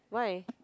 why